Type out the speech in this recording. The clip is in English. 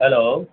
hello